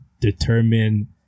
determine